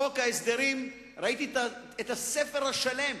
חוק ההסדרים, ראיתי את הספר השלם.